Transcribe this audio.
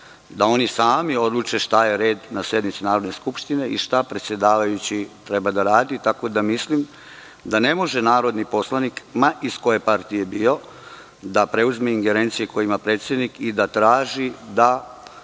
da oni sami odluče šta je red na sednici Narodne skupštine i šta predsedavajući treba da radi. Mislim da ne može narodni poslanik, ma iz koje partije bio, da preuzme ingerencije koje ima predsednik i da traži da